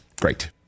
Great